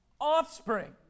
Offspring